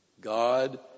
God